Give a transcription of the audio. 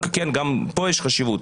כן, גם פה יש חשיבות.